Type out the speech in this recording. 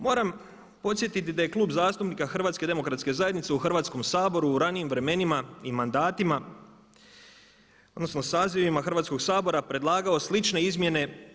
Moram podsjetiti da je Klub zastupnika HDZ-a u Hrvatskom saboru u ranijim vremenima i mandatima odnosno sazivima Hrvatskog sabora predlagao slične izmjene.